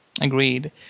agreed